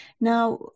Now